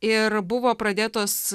ir buvo pradėtos